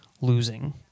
losing